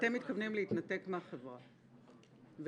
אתם מתכוונים להתנתק מהחברה -- חד-משמעית.